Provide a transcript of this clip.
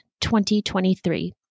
2023